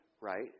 right